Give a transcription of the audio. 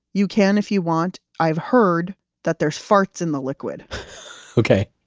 you can if you want. i've heard that there's farts in the liquid okay